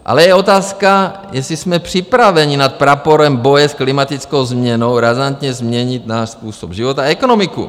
Ale je otázka, jestli jsme připraveni nad praporem boje s klimatickou změnou razantně změnit svůj způsob života a ekonomiku.